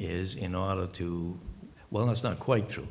is in order to well that's not quite true